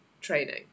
training